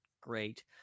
great